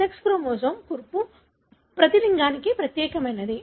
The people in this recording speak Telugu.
సెక్స్ క్రోమోజోమ్ కూర్పు ప్రతి లింగానికి ప్రత్యేకమైనది